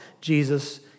Jesus